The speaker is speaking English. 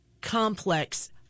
complex